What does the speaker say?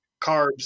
carbs